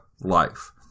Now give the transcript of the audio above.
life